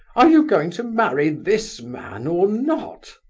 are you going to marry this man, or not?